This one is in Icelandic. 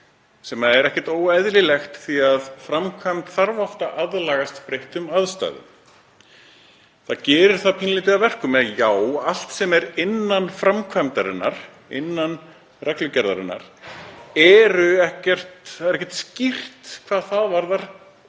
sem er ekkert óeðlilegt því að framkvæmd þarf oft að aðlagast breyttum aðstæðum. Það gerir það pínulítið að verkum að allt sem er innan framkvæmdarinnar, innan reglugerðarinnar, að það er ekkert skýrt hvað það varðar fyrr